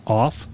off